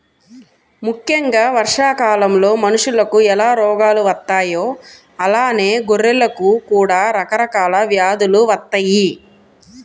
ముక్కెంగా వర్షాకాలంలో మనుషులకు ఎలా రోగాలు వత్తాయో అలానే గొర్రెలకు కూడా రకరకాల వ్యాధులు వత్తయ్యి